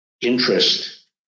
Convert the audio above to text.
interest